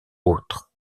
autre